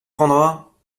prendras